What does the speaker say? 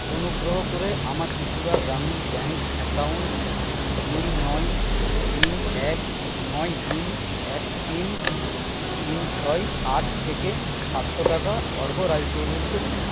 অনুগ্রহ করে আমার ত্রিপুরা গ্রামীণ ব্যাঙ্ক অ্যাকাউন্ট দুই নয় তিন এক নয় দুই এক তিন তিন ছয় আট থেকে সাতশো টাকা অর্ক রায়চৌধুরীকে দিন